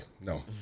No